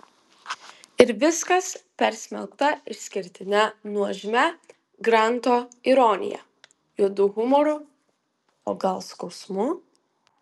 ir viskas persmelkta išskirtine nuožmia granto ironija juodu humoru o gal skausmu